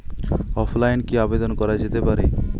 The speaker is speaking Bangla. অফলাইনে কি আবেদন করা যেতে পারে?